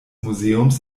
museums